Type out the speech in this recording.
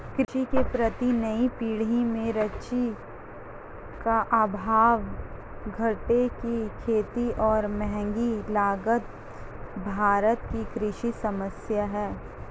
कृषि के प्रति नई पीढ़ी में रुचि का अभाव, घाटे की खेती और महँगी लागत भारत की कृषि समस्याए हैं